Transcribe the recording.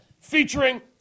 featuring